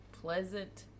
pleasant